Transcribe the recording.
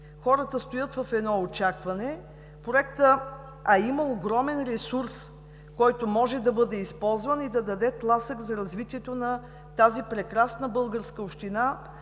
хората стоят в очакване, а има огромен ресурс, който може да бъде използван и да даде тласък за развитието на тази прекрасна българска община